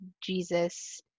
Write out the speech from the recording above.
Jesus